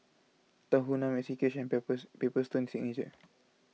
Tahuna Maxi Cash and Paper Paper Stone Signature